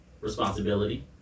responsibility